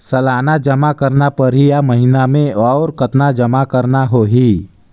सालाना जमा करना परही या महीना मे और कतना जमा करना होहि?